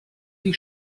die